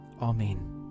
Amen